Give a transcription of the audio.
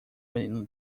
menino